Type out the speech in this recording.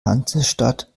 hansestadt